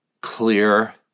clear